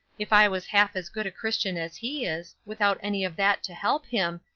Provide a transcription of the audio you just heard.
if i was half as good a christian as he is, without any of that to help him,